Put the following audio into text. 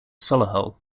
solihull